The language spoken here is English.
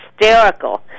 hysterical